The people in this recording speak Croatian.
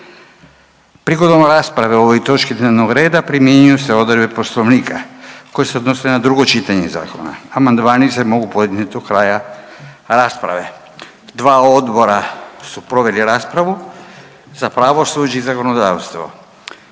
Prigodom rasprave o ovoj točki dnevnog reda primjenjuju se odredbe Poslovnika koje se odnose na drugo čitanje zakona. Amandmani se mogu podnijeti do kraja rasprave. Dva odbora su proveli raspravu za pravosuđe i zakonodavstvo.